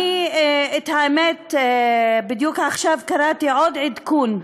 אני, האמת, בדיוק עכשיו קראתי עוד עדכון,